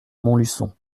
montluçon